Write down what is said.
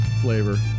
flavor